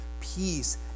peace